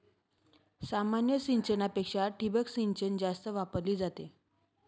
सामान्य सिंचनापेक्षा ठिबक सिंचन जास्त वापरली जाते